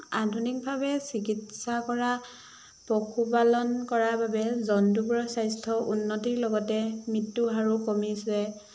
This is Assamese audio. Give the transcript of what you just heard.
আধুনিকভাৱে চিকিৎসা কৰা পশুপালন কৰাৰ বাবে জন্তুবোৰৰ স্বাস্থ্য উন্নতিৰ লগতে মৃত্যু হাৰো কমিছে